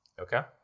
okay